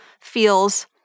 feels